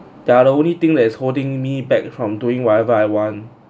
there are the only thing that is holding me back from doing whatever I want